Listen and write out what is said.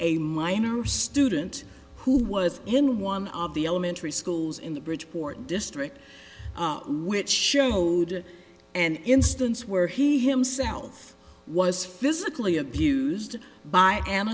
a minor student who was in one of the elementary schools in the bridgeport district which showed an instance where he himself was physically abused by an